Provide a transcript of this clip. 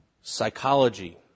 psychology